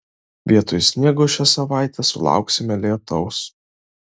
vietoj sniego šią savaitę sulauksime lietaus